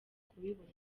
kubibona